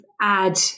add